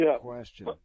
question